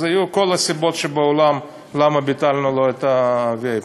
אז היו כל הסיבות שבעולם למה ביטלנו לו את ה-VIP.